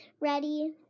ready